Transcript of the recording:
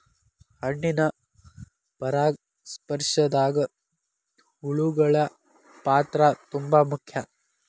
ಹಣ್ಣಿನ ಪರಾಗಸ್ಪರ್ಶದಾಗ ಹುಳಗಳ ಪಾತ್ರ ತುಂಬಾ ಮುಖ್ಯ